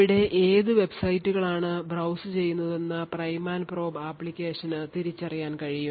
അവിടെ ഏത് വെബ്സൈറ്റുകളാണ് ബ്രൌസുചെയ്യുന്നതെന്ന് പ്രൈം ആൻഡ് പ്രോബ് അപ്ലിക്കേഷന് തിരിച്ചറിയാൻ കഴിയും